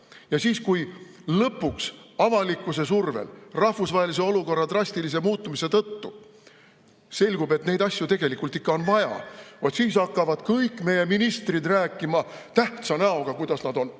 Ja siis, kui lõpuks avalikkuse survel, rahvusvahelise olukorra drastilise muutumise tõttu selgub, et neid asju tegelikult ikka on vaja, vaat siis hakkavad kõik meie ministrid rääkima tähtsa näoga, kuidas nad on